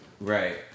Right